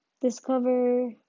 discover